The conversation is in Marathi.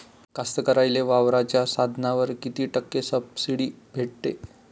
कास्तकाराइले वावराच्या साधनावर कीती टक्के सब्सिडी भेटते?